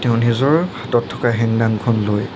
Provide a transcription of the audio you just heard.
তেওঁ নিজৰ হাতত থকা হেং দাঙখন লৈ